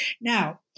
now